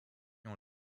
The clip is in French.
ont